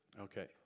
Okay